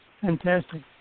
Fantastic